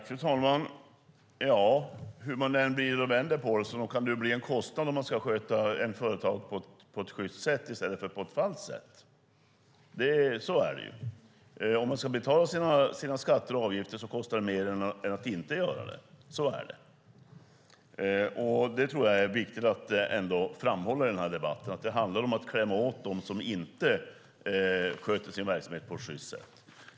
Fru talman! Hur man än vänder och vrider på det kan det bli en kostnad om man ska sköta ett företag på ett sjyst sätt i stället för på ett falskt sätt. Så är det. Om man ska betala sina skatter och avgifter kostar det mer än att inte göra det. Så är det. Det är viktigt att framhålla det i den här debatten. Det handlar om att klämma åt dem som inte sköter sin verksamhet på ett sjyst sätt.